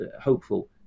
hopeful